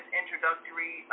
introductory